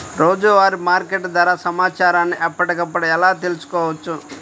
రోజువారీ మార్కెట్ ధర సమాచారాన్ని ఎప్పటికప్పుడు ఎలా తెలుసుకోవచ్చు?